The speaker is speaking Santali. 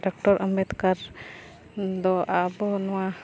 ᱰᱟᱠᱴᱚᱨ ᱟᱢᱵᱮᱫᱠᱟᱨ ᱫᱚ ᱟᱵᱚ ᱱᱚᱣᱟ